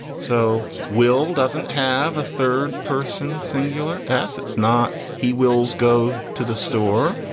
so will doesn't have a third person singular assets not. he wills go to the store.